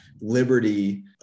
Liberty